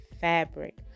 fabric